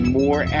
more